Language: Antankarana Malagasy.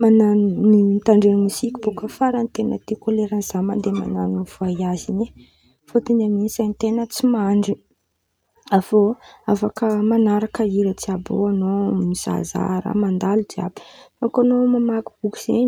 Man̈ano mitandren̈y mozika bôka faran̈y tiako leran̈y za mandeha man̈ano voaiazy in̈y fôtiny amin̈'in̈y zen̈y ten̈a tsy mandry, avy eo afaka man̈araka hira jiàby ao an̈ao. Mizahazaha raha mandeha mandalo jiàby fa koa an̈ao mamaky boky zen̈y